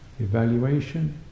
evaluation